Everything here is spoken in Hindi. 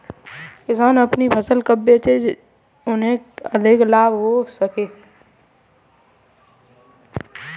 किसान अपनी फसल को कब बेचे जिसे उन्हें अधिक लाभ हो सके?